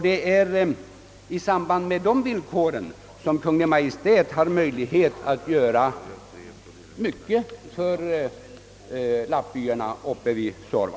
Det är i samband med fastställandet av dessa villkor som Kungl. Maj:t har möjlighet att göra en insats för lappbyarna uppe vid Suorva.